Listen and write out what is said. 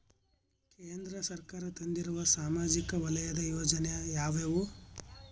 ಕೇಂದ್ರ ಸರ್ಕಾರ ತಂದಿರುವ ಸಾಮಾಜಿಕ ವಲಯದ ಯೋಜನೆ ಯಾವ್ಯಾವು?